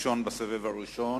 הראשון בסבב הראשון.